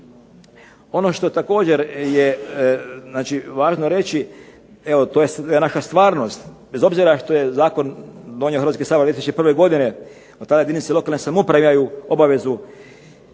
Ono što također je važno reći, to je naša stvarnost, bez obzira što je zakon donio Hrvatski sabor 2001. godine, otada jedinice lokalne samouprave imaju obavezu